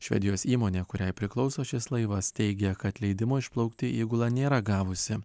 švedijos įmonė kuriai priklauso šis laivas teigia kad leidimo išplaukti įgula nėra gavusi